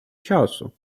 часу